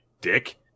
Dick